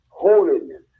Holiness